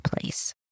place